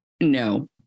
No